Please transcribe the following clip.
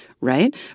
Right